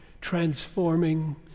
transforming